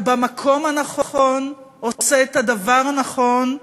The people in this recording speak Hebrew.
אתה במקום הנכון, עושה את הדבר הנכון,